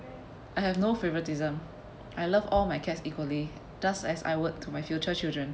I have no favouritism I love all my cats equally just as I would to my future children